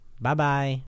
Bye-bye